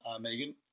Megan